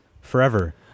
forever